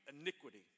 iniquity